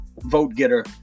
vote-getter